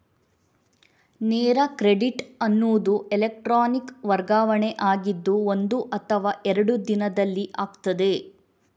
ನೇರ ಕ್ರೆಡಿಟ್ ಅನ್ನುದು ಎಲೆಕ್ಟ್ರಾನಿಕ್ ವರ್ಗಾವಣೆ ಆಗಿದ್ದು ಒಂದು ಅಥವಾ ಎರಡು ದಿನದಲ್ಲಿ ಆಗ್ತದೆ